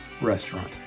restaurant